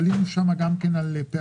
עלינו שם על פערים.